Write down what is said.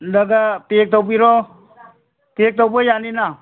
ꯄꯨꯜꯂꯒ ꯄꯦꯛ ꯇꯧꯕꯤꯔꯣ ꯄꯦꯛ ꯇꯧꯕ ꯌꯥꯅꯤꯅ